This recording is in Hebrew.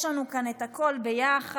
יש לנו כאן את הכול יחד,